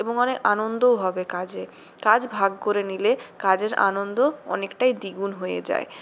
এবং অনেক আনন্দও হবে কাজে কাজ ভাগ করে নিলে কাজের আনন্দ অনেকটাই দ্বিগুণ হয়ে যায়